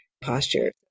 posture